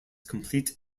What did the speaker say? complete